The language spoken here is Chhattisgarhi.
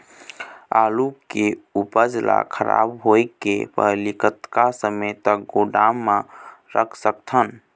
आलू के उपज ला खराब होय के पहली कतका समय तक गोदाम म रख सकत हन?